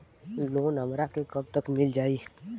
Loan हमरा के कब तक मिल जाई?